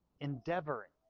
endeavoring